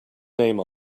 name